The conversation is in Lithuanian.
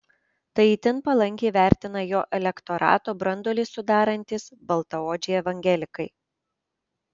tai itin palankiai vertina jo elektorato branduolį sudarantys baltaodžiai evangelikai